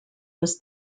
was